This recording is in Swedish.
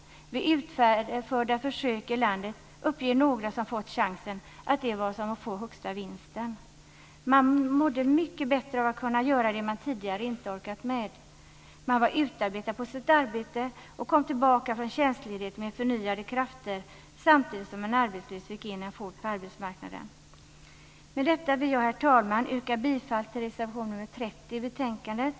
Vid utförda försök i landet uppger några som fått den chansen att det var som att vinna högsta vinsten. Man mådde mycket bättre av att kunna göra det man tidigare inte hade orkat med. Man var utarbetad på sitt jobb och kom tillbaka från tjänstledigheten med nya krafter, samtidigt som en arbetslös alltså fick in en fot på arbetsmarknaden. Med detta vill jag, herr talman, yrka bifall till reservation nr 30 i betänkandet.